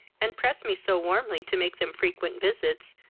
and pressed me so warmly to make them frequent visits,